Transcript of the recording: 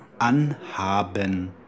Anhaben